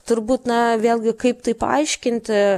turbūt na vėlgi kaip tai paaiškinti